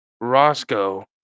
Roscoe